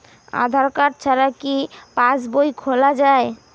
আধার card ছাড়া কি পাসবই খোলা যায়?